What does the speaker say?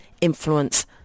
influence